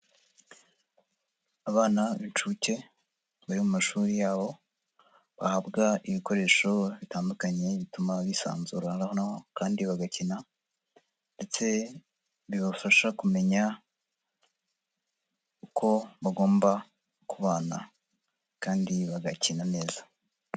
Abana b'incuke bari mashuri yabo, bahabwa ibikoresho bitandukanye bituma bisanzuranaho kandi bagakina ndetse bibafasha kumenya uko bagomba kubana kandi bagakina neza.